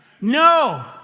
No